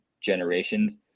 generations